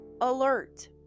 alert